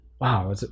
Wow